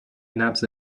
نبض